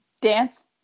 Dance